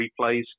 replays